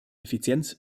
effizienz